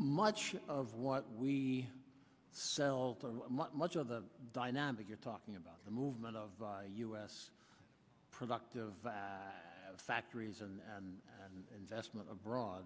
much of what we sell much of the dynamic you're talking about the movement of u s productive factories and investment abroad